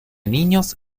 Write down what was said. niños